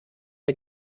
der